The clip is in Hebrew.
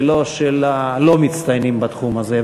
ולא של הלא-מצטיינים בתחום הזה.